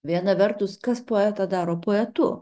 viena vertus kas poetą daro poetu